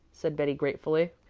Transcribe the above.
said betty gratefully.